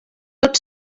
tot